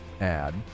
add